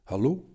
Hallo